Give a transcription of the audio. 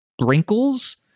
wrinkles